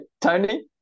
tony